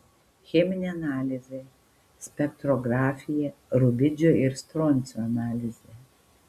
cheminė analizė spektrografija rubidžio ir stroncio analizė